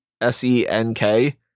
S-E-N-K